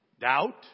Doubt